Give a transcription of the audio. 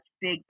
big